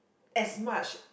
as much